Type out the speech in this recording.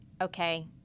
okay